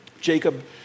Jacob